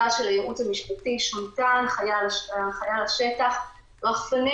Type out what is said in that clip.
של הייעוץ המשפטי שונתה ההנחיה לשטח: רחפנים